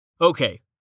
Okay